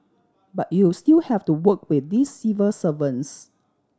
but you still have to work with these civil servants